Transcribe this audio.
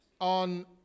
on